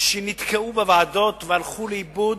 שנתקעו בוועדות והלכו לאיבוד,